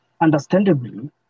understandably